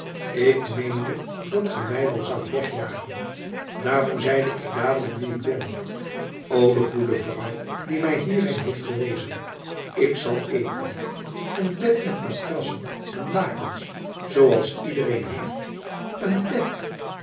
ik meende dat ge mij wel zoudt wegjagen daarom zeide ik dadelijk wie ik ben o de goede vrouw die mij hierheen heeft gewezen ik zal eten een bed met matrassen en lakens zooals iedereen heeft een bed